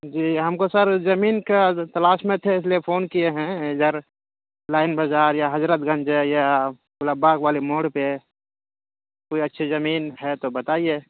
جی ہم کو سر زمین کا تلاش میں تھے اس لیے فون کیے ہیں ادھر لائن بازار یا حضرت گنج یا والے موڑ پہ کوئی اچھی زمین ہے تو بتائیے